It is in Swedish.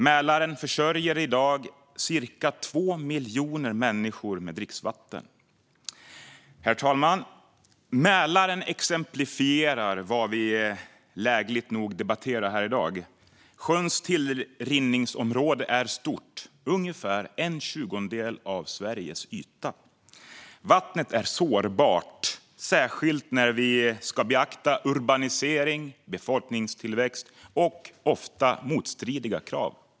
Mälaren försörjer i dag ca 2 miljoner människor med dricksvatten. Herr talman! Mälaren exemplifierar vad vi lägligt nog debatterar i dag. Sjöns tillrinningsområde är stort, ungefär en tjugondel av Sveriges yta. Vattnet är sårbart, särskilt när vi ska beakta urbanisering, befolkningstillväxt och ofta motstridiga krav.